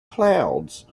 clouds